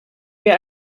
wir